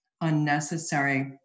unnecessary